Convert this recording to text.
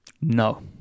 No